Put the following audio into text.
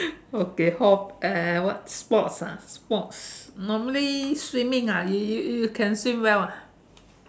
okay uh what sports ah sports normally swimming ah y~ you you can swim well ah